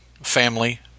family